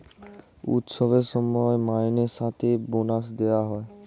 উৎসবের সময় মাইনের সাথে বোনাস দেওয়া হয়